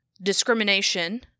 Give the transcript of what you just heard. discrimination